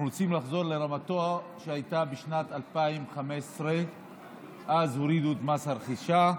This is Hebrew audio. אנחנו רוצים לחזור לרמה שהייתה בשנת 2015. אז הורידו את מס הרכישה,